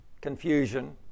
confusion